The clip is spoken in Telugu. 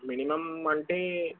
మినిమమ్ అంటే